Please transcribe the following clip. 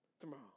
Tomorrow